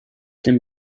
dem